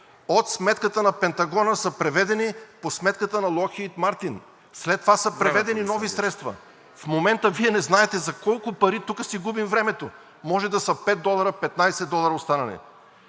От сметката на Пентагона са преведени по сметката на „Локхийд Мартин“. След това са преведени нови средства. В момента Вие не знаете за колко пари тук си губим времето. Може да са 5 долара, 15 долара останали.